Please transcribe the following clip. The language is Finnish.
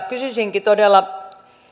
kysyisinkin todella